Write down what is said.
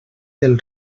del